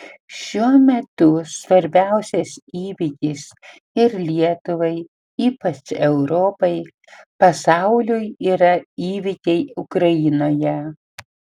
šiuo metu svarbiausias įvykis ir lietuvai ypač europai pasauliui yra įvykiai ukrainoje